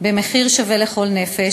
במחיר שווה לכל נפש,